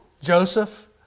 Joseph